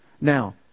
Now